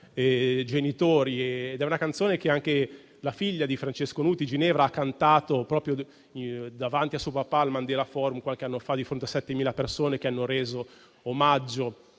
È una canzone che la figlia di Francesco Nuti, Ginevra, ha cantato proprio davanti a suo padre, al Mandela Forum, qualche anno fa, di fronte a 7.000 persone, che hanno reso omaggio